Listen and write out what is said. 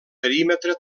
perímetre